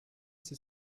sie